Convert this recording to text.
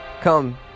Come